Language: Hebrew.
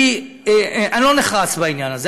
אני לא נחרץ בעניין הזה.